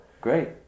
great